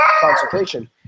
consultation